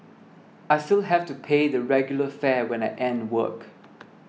I still have to pay the regular fare when I end work